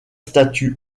statue